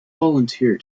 volunteer